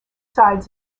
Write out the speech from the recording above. sides